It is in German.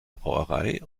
brauerei